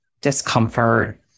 discomfort